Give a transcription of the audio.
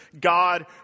God